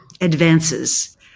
advances